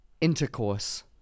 Intercourse